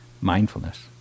mindfulness